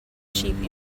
sheep